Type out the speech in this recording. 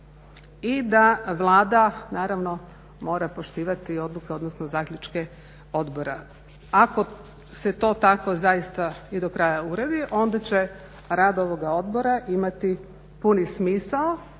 i da Vlada naravno mora poštivati odluke, odnosno zaključke odbora. Ako se to tako zaista i do kraja uredi onda će rad ovoga odbora imati puni smisao